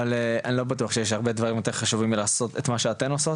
אבל אני לא בטוח שיש הרבה דברים יותר חשובים מלעשות את מה שאתן עושות,